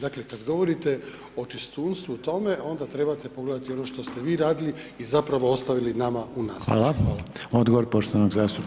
Dakle, kada govorite o čistunstvu u tome, onda trebate pogledati ono što ste vi radili i zapravo ostavili nama u naslijeđe.